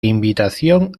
invitación